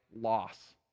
loss